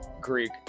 greek